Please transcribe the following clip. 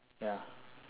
ya